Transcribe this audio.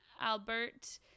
Albert